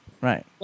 right